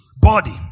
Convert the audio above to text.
body